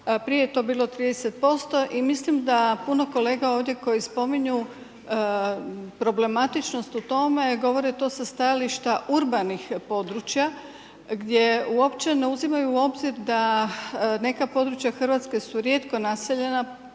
Prije je to bilo 30% i mislim da puno kolega ovdje koji spominju problematičnost u tome, govore to sa stajališta urbanih područja gdje uopće ne uzimaju u obzir da neka područja Hrvatske su rijeko naseljena